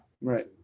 Right